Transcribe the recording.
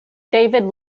david